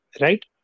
right